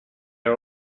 are